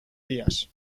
días